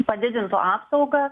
padidintų apsaugą